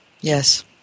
yes